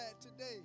today